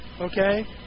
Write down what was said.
Okay